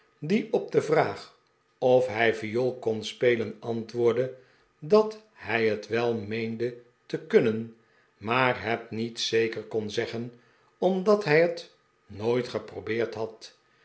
die op de vraag of hij viool kon spelen antwoordde dat hij het wel meende te kunnen maar het niet zeker kon zeggen omdat hij het nooit geprobeerd had